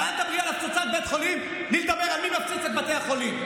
אבל אל תדברי על הפצצת בית חולים בלי לדבר על מי מפציץ את בתי החולים,